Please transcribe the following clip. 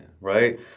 right